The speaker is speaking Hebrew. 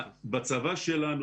בצבא שלנו,